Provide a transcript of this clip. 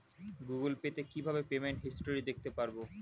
Google Pay তে কিভাবে payment history দেখতে পারবো?